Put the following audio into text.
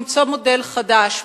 למצוא מודל חדש,